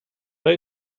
are